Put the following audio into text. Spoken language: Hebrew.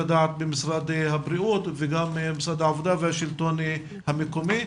הדעת במשרד הבריאות וגם משרד העבודה ומרכז השלטון המקומי,